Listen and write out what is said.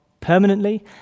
permanently